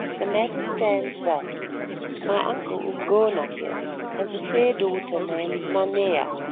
the matter stands thus my uncle umgona here has a fair daughter named nanea,